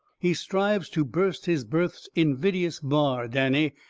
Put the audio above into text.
he strives to burst his birth's invidious bar, danny.